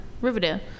Riverdale